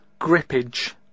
grippage